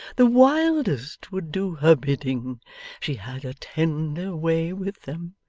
the wildest would do her bidding she had a tender way with them,